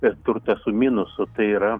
ir turtą su minusu tai yra